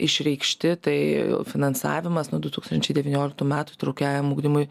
išreikšti tai finansavimas nuo du tūkstančiai devynioliktų metų įtraukiajam ugdymui